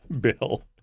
Bill